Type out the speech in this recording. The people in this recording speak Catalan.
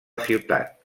ciutat